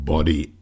Body